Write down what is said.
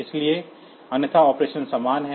इसलिए अन्यथा ऑपरेशन समान है